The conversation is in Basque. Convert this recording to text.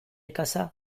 kasa